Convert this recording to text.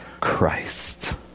Christ